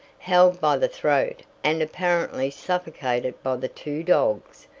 held by the throat and apparently suffocated by the two dogs.